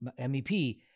MEP